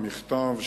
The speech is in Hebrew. המכתב,